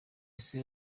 ise